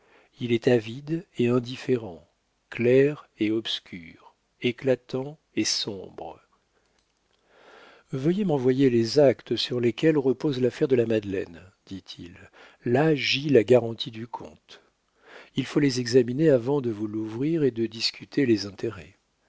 il est avide et indifférent clair et obscur éclatant et sombre veuillez m'envoyer les actes sur lesquels repose l'affaire de la madeleine dit-il là gît la garantie du compte il faut les examiner avant de vous l'ouvrir et de discuter les intérêts